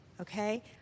okay